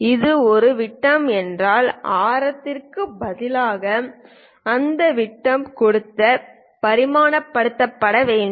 இது ஒரு வட்டம் என்றால் ஆரம் பதிலாக அதன் விட்டம் கொடுத்து பரிமாணப்படுத்தப்பட வேண்டும்